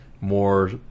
more